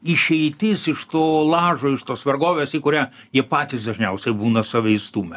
išeitis iš to lažo iš tos vergovės į kurią jie patys dažniausiai būna save įstūmę